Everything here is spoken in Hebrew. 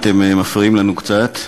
ההצעה להעביר את הנושא לוועדת החינוך,